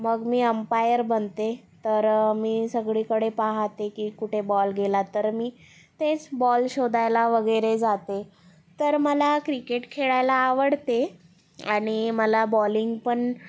मग मी अंपायर बनते तर मी सगळीकडे पाहते की कुठे बॉल गेला तर मी तेच बॉल शोधायला वगैरे जाते तर मला क्रिकेट खेळायला आवडते आणि मला बॉलिंग पण